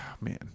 man